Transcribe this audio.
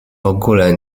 ogóle